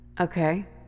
Okay